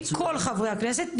כל חברי הכנסת.